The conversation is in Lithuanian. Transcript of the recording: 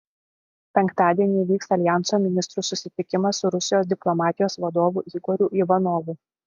penktadienį įvyks aljanso ministrų susitikimas su rusijos diplomatijos vadovu igoriu ivanovu